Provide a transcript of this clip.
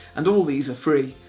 and all these are free,